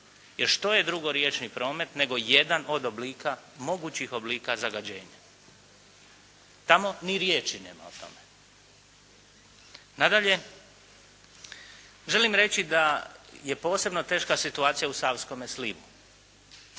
Jer što je drugo riječni promet nego jedan od oblika, mogućih oblika zagađenja. Tamo ni riječi nema o tome. Nadalje, želim reći da je posebno teška situacija u savskome slivu,